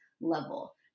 level